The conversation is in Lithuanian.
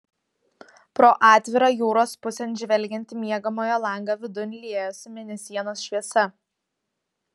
pro atvirą jūros pusėn žvelgiantį miegamojo langą vidun liejosi mėnesienos šviesa